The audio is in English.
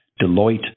Deloitte